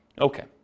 Okay